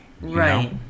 Right